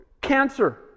cancer